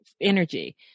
energy